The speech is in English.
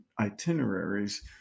itineraries